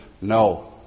no